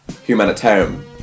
humanitarian